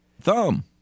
thumb